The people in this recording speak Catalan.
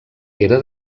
era